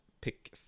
pick